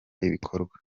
ibikorwa